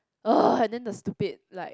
!ugh! and then the stupid like